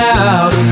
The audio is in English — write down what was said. out